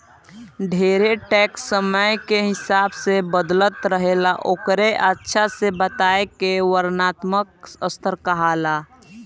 ढेरे टैक्स समय के हिसाब से बदलत रहेला ओकरे अच्छा से बताए के वर्णात्मक स्तर कहाला